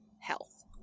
health